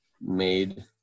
made